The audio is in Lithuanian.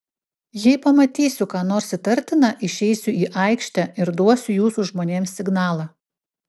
jei pamatysiu ką nors įtartina išeisiu į aikštę ir duosiu jūsų žmonėms signalą